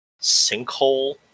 Sinkhole